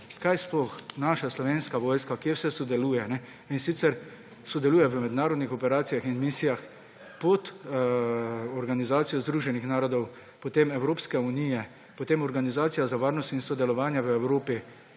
kje sploh naša slovenska vojska vse sodeluje. In sicer sodeluje v mednarodnih operacijah in misijah pod Organizacijo združenih narodov, potem Evropske unije, potem Organizacije za varnost in sodelovanje v Evropi.